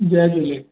जय झूले